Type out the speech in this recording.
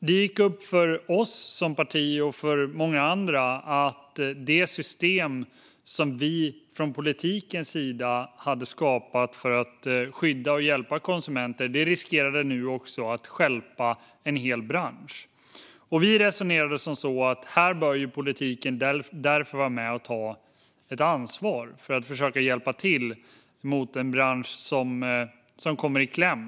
Det gick upp för oss som parti och för många andra att det system som vi från politikens sida hade skapat för att skydda och hjälpa konsumenter nu riskerade att stjälpa en hel bransch. Vi resonerade som så att politiken därför bör vara med och ta ansvar för att försöka hjälpa en bransch som kommer i kläm.